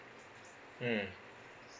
mm